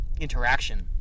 interaction